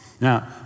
Now